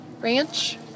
Ranch